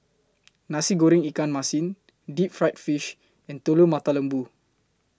Nasi Goreng Ikan Masin Deep Fried Fish and Telur Mata Lembu